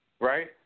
right